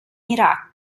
iraq